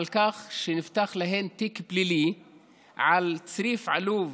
על כך שנפתח להן תיק פלילי על צריף עלוב